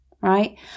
right